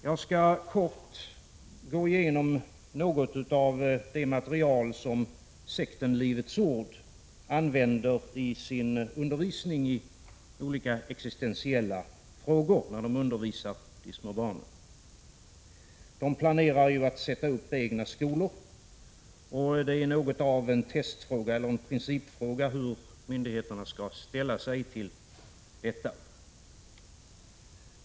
Jag skall här kort gå igenom något av det material som sekten Livets ord använder i sin undervisning i olika existentiella frågor när man undervisar de små barnen. Sekten planerar ju att sätta upp egna skolor. Det är något av en principfråga hur myndigheterna skall ställa sig till detta.